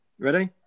Ready